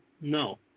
No